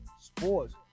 sports